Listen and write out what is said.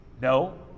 No